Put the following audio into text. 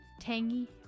tangy